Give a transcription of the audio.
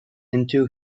into